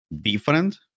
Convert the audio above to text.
different